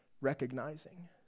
recognizing